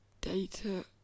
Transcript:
data